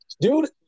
Dude